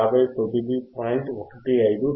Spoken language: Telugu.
15 హెర్ట్జ్ మరియు fH 1